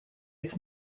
its